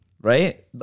right